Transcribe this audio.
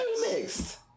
mixed